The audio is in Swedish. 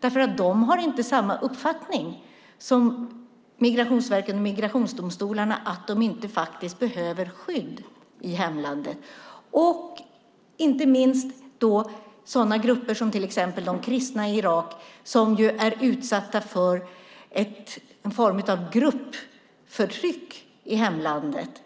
De har nämligen inte samma uppfattning som Migrationsverket och migrationsdomstolarna, att de faktiskt inte behöver skydd i hemlandet. Jag tänker inte minst på sådana grupper som till exempel de kristna i Irak som är utsatta för en form av gruppförtryck i hemlandet. Det